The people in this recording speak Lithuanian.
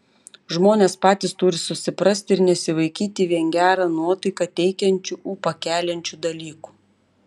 žmonės patys turi susiprasti ir nesivaikyti vien gerą nuotaiką teikiančių ūpą keliančių dalykų